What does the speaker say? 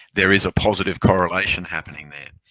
there is a positive correlation happening there.